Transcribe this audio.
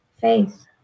faith